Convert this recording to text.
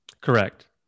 Correct